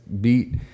beat